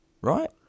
right